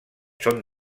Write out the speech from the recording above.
són